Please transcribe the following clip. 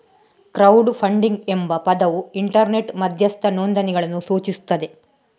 crowd funding ಎಂಬ ಪದವು internet ಮಧ್ಯಸ್ಥ ನೋಂದಣಿಗಳನ್ನು ಸೂಚಿಸುತ್ತದೆ